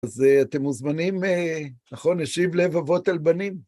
אז אתם מוזמנים, נכון, השיב לב אבות אל בנים.